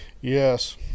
yes